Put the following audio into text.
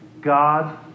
God